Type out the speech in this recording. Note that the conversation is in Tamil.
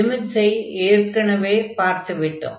லிமிட்ஸை ஏற்கனவே பார்த்து விட்டோம்